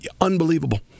unbelievable